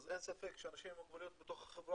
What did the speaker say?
אין ספק שאנשים עם מוגבלויות בתוך החברה